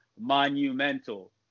monumental